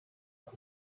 them